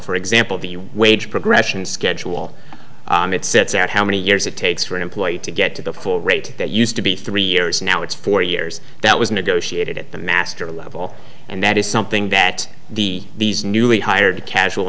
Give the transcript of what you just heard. for example the wage progression schedule it sets out how many years it takes for an employee to get to the full rate that used to be three years now it's four years that was negotiated at the master level and that is something that the these newly hired casual